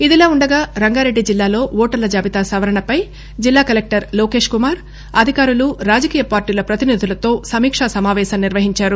ఇదిలాఉండగా రంగారెడ్డి జిల్లాలో ఓటర్ల జాబితా సవరణపై జిల్లా కలెక్టర్ లోకేశ్ కుమార్ అధికారులు రాజకీయ పార్టీల ప్రతినిధులతో సమీకా సమాపేశం నిర్వహించారు